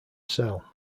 cell